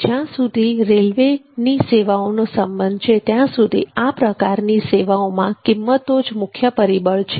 જ્યાં સુધી રેલવેની સેવાઓનો સંબંધ છે ત્યાં સુધી આ પ્રકારની સેવાઓમા કિંમતો જ મુખ્ય પરિબળ છે